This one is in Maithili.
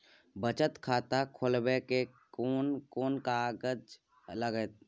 बचत खाता खोलबै में केना कोन कागज लागतै?